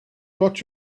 got